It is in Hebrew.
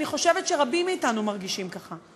אני חושבת שרבים מאתנו מרגישים ככה.